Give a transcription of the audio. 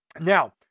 Now